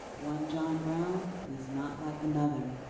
one john brown is not like another.